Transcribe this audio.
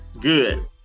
good